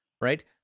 right